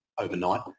overnight